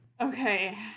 okay